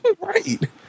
right